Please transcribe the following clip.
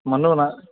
मनो न